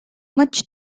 much